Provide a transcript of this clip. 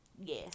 Yes